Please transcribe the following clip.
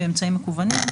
באמצעים מקוונים,